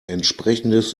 entsprechendes